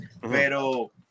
Pero